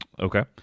Okay